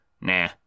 Nah